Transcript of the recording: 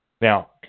Now